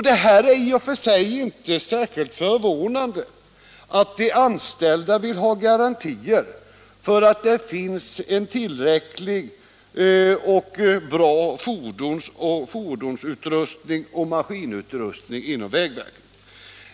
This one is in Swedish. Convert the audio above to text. Det är i och för sig inte särskilt förvånande att de anställda vill ha garantier för att det finns en tillräcklig och bra fordonsutrustning och maskinutrustning inom verket.